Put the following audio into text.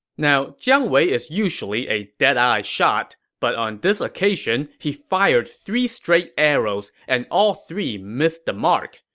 now, jiang wei is usually a deadeye shot, but on this occasion, he fired three straight arrows, and all three missed the mark.